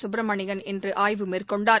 சுப்பிரமணியன்இன்றுஆய்வுமேற்கொண்டார்